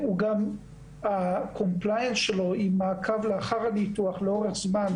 גם ההיענות שלו עם מעקב לאחר הניתוח לאורך זמן,